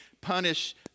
punish